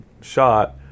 shot